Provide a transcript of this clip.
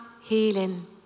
healing